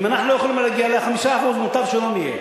אם אנחנו לא יכולים להגיע ל-5%, מוטב שלא נהיה.